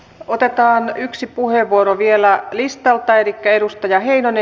otetaan yksi puheenvuoro vielä listalta elikkä edustaja heinonen